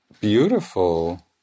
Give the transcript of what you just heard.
beautiful